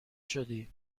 شدی